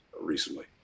recently